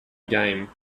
game